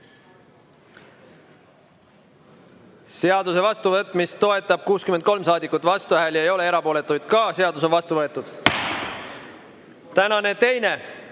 Seaduse vastuvõtmist toetab 63 saadikut, vastuhääli ei ole, erapooletuid ka [mitte]. Seadus on vastu võetud. Tänane teine